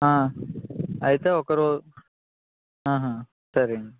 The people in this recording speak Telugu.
అయితే ఒక రోజు సరే అండి